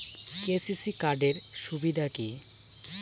KCC card এর সুবিধা কি?